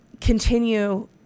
continue